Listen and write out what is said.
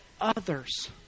others